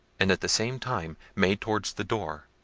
and at the same time made towards the door.